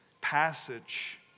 passage